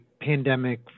pandemic